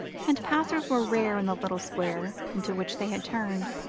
and passers were rare in the little square into which they had turned.